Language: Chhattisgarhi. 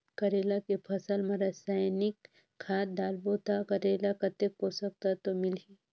करेला के फसल मा रसायनिक खाद डालबो ता करेला कतेक पोषक तत्व मिलही?